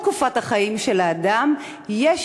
מגלה שלאורך כל תקופת החיים של האדם יש